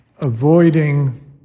avoiding